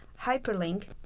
hyperlink